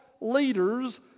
leaders